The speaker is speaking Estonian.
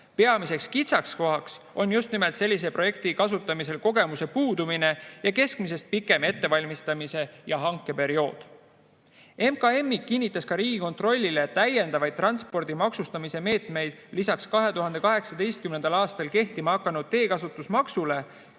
Peamine kitsaskoht on sellise projekti kasutamisel kogemuse puudumine ja keskmisest pikem ettevalmistamise ja hanke periood. MKM kinnitas ka Riigikontrollile, et täiendavaid transpordi maksustamise meetmeid lisaks 2018. aastal kehtima hakanud teekasutusmaksule